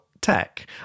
tech